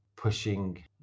Pushing